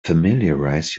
familiarize